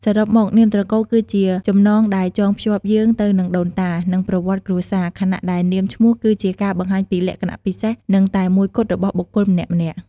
សរុបមក នាមត្រកូលគឺជាចំណងដែលចងភ្ជាប់យើងទៅនឹងដូនតា និង ប្រវត្តិគ្រួសារ ខណៈដែលនាមឈ្មោះគឺជាការបង្ហាញពីលក្ខណៈពិសេស និង តែមួយគត់របស់បុគ្គលម្នាក់ៗ។